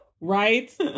Right